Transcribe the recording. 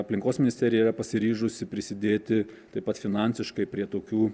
aplinkos ministerija yra pasiryžusi prisidėti taip pat finansiškai prie tokių